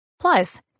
Plus